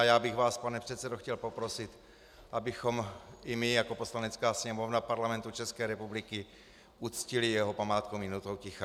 Já bych vás, pane předsedo, chtěl poprosit, abychom i my jako Poslanecká sněmovna Parlamentu České republiky uctili jeho památku minutou ticha.